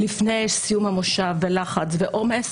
לפני סיום המושב עם הלחץ והעומס,